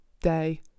day